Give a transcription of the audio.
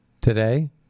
today